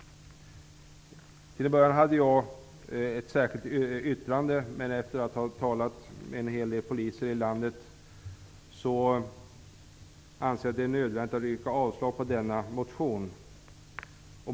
Efter att ha talat med en hel del poliser i landet anser jag det nödvändigt att yrka avslag på denna motion.